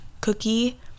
cookie